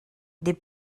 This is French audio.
des